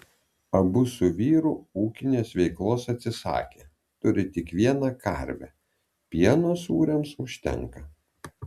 abu su vyru ūkinės veiklos atsisakė turi tik vieną karvę pieno sūriams užtenka